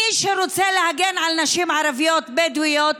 מי שרוצה להגן על נשים ערביות בדואיות,